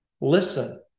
listen